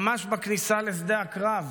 ממש בכניסה לשדה הקרב.